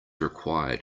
required